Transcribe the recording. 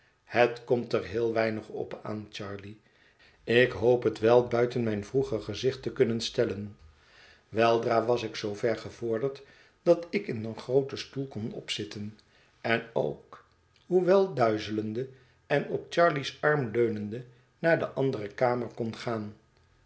het komt er heel weinig op aan charley ik hoop het wel buiten mijn vroeger gezicht te kunnen stellen weldra was ik zoover gevorderd dat ik in een grooten stoel kon opzitten en ook hoewel duizelende en op charley's arm leunende naar de andere kamer kon gaan